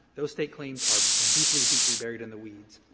those state claims are deeply, deeply buried in the weeds.